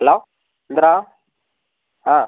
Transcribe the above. hello എന്ത് എടാ ആ